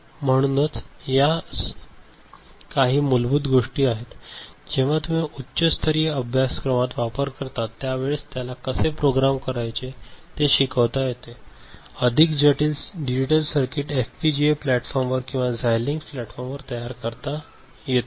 म्हणूनच या काही मूलभूत गोष्टी आहेत आणि जेव्हा तुम्ही याच्या उच्च स्तरीय अभ्यासक्रमात वापर करता त्यावेळेस त्याला कसे प्रोग्राम करायचे ते शिकता येते आणि अधिक जटिल डिजिटल सर्किट एफपीजीए प्लॅटफॉर्मवर किंवा झायलिन्क्स प्लॅटफॉर्मवर तयार करता येतात